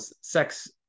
sex